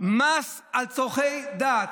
מס על צורכי דת.